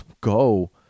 go